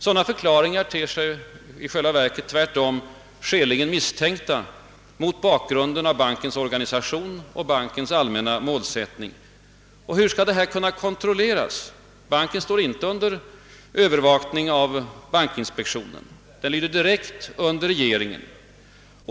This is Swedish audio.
Sådana förklaringar ter sig tvärtom skäligen misstänkta mot bakgrunden av bankens organisation och allmänna målsättning. Och hur skall detta kunna kontrolleras? Banken står inte under övervakning av bankinspektionen; den lyder direkt under regeringen.